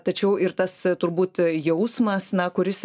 tačiau ir tas turbūt jausmas na kuris